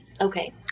Okay